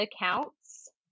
accounts